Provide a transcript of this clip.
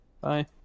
Bye